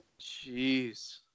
Jeez